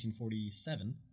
1947